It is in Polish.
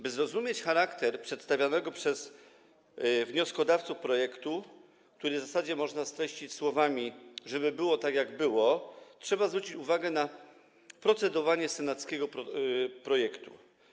By zrozumieć charakter przedstawianego przez wnioskodawców projektu, który w zasadzie można streścić słowami: żeby było tak, jak było, trzeba zwrócić uwagę na procedowanie tego senackiego projektu.